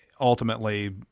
ultimately